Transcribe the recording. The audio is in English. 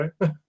right